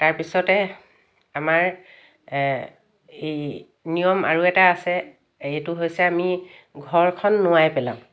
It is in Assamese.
তাৰপিছতে আমাৰ এই নিয়ম আৰু এটা আছে এইটো হৈছে আমি ঘৰখন নোৱাই পেলাওঁ